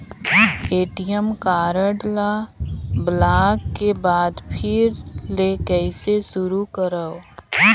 ATM card ल block के बाद फिर ले कइसे शुरू करव?